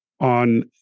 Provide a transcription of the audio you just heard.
on